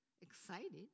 Excited